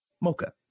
mocha